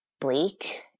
bleak